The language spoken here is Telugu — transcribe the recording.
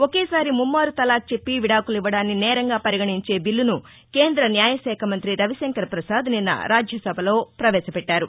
ఒకేసారి ముమ్మారు తలాక్ చెప్పి విడాకులివ్వడాన్ని నేరంగా పరిగణించే బిల్లును కేంద్ర న్యాయశాఖ మంత్రి రవిశంకర్ ప్రసాద్ నిన్న రాజ్యసభలో ప్రవేశపెట్టారు